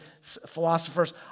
philosophers